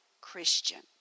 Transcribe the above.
Christian